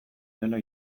dela